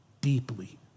Deeply